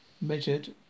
measured